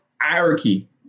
hierarchy